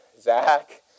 Zach